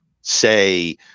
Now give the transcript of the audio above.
say